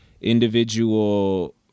individual